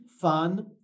fun